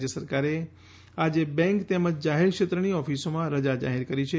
રાજ્ય સરકારે આજે બેન્ક તેમજ જાહેર ક્ષેત્રની ઓફિસોમાં રજા જાહેર કરી છે